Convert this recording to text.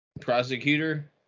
Prosecutor